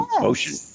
motion